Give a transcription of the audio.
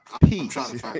peace